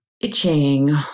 itching